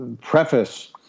preface